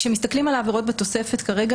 כאשר מסתכלים על העבירות בתוספת כרגע,